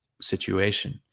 situation